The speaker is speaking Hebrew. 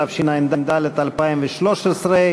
התשע"ד 2013,